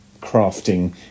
crafting